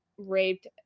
raped